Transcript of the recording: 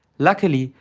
luckily,